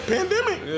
Pandemic